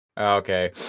okay